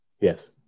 Yes